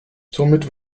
somit